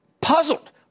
puzzled